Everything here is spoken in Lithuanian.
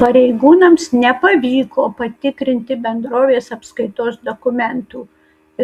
pareigūnams nepavyko patikrinti bendrovės apskaitos dokumentų